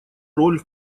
роль